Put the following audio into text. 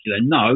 no